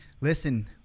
Listen